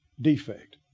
defect